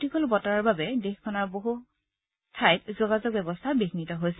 প্ৰতিকূল বতৰৰ বাবে দেশখনৰ বহুসংখ্যত যোগাযোগ ব্যৱস্থা বিঘ্নিত হৈছে